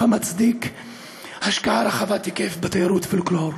המצדיקים השקעה רחבת היקף בתיירות פולקלור,